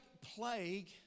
plague